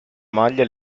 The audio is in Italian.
maglia